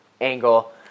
angle